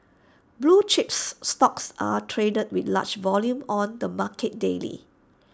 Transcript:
blue chips stocks are traded with large volume on the market daily